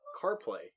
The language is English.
CarPlay